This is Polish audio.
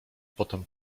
potem